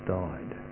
died